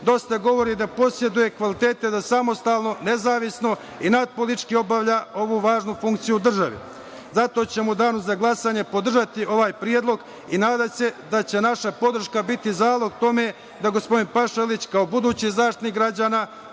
dosta govori da poseduje kvalitete da samostalno, nezavisno i nadpolitički obavlja ovu važnu funkciju državi. Zato ćemo u danu za glasanje podržati ovaj predlog i nadam se da će naša podrška biti zalog tome da gospodin Pašalić kao budući Zaštitnik građana